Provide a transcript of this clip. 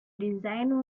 design